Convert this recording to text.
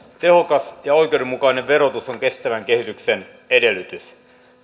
tehokas ja oikeudenmukainen verotus on kestävän kehityksen edellytys